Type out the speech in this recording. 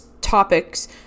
topics